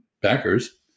backers